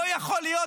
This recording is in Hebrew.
לא יכול להיות,